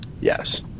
Yes